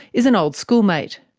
is an old school mate.